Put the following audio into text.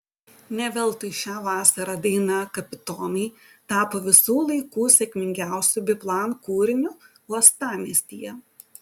ne veltui šią vasarą daina kapitonai tapo visų laikų sėkmingiausiu biplan kūriniu uostamiestyje